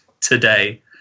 today